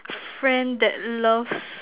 friend that loves